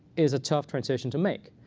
is a tough transition to make.